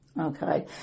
okay